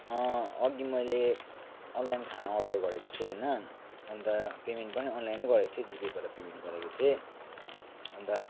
अघि मैले अनलाइन खाना अर्डर गरेको थिएँ होइन अन्त पेमेन्ट पनि अनलाइनै गरेको थिएँ जी पेबाट पेमेन्ट गरेको थिएँ अन्त